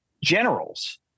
generals